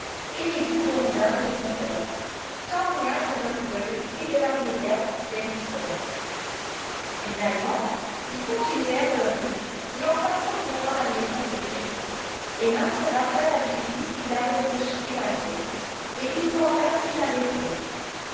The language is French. et les goûts mondains de son père sans rien de l'orgueil et de la réserve d'enscombe finalement ils continuèrent leur route et en passant devant la maison des bates emma se rappela la visite qu'il avait projetée la veille et lui demanda s'il l'avait faite